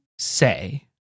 say